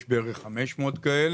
יש בערך 500 כאלה,